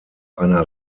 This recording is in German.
einer